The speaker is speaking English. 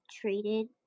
treated